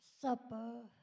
supper